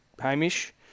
Hamish